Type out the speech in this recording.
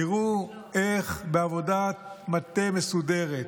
תראו איך בעבודת מטה מסודרת,